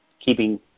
keeping